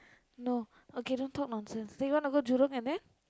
no okay don't talk nonsense then you want to go Jurong and then